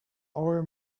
our